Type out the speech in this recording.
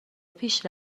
پیش